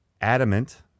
adamant